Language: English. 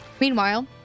Meanwhile